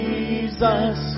Jesus